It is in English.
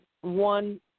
one